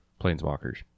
Planeswalkers